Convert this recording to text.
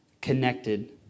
connected